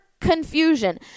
confusion